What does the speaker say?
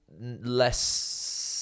less